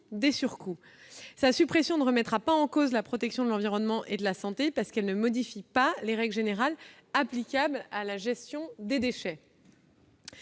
de surcoûts. Sa suppression ne remettra pas en cause la protection de l'environnement et de la santé, parce qu'elle ne modifie pas les règles générales applicables à la gestion des déchets.